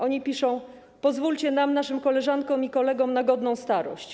Oni piszą: Pozwólcie nam, naszym koleżankom i kolegom, na godną starość.